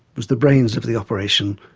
was the brains of the operation,